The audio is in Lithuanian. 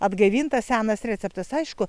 atgaivintas senas receptas aišku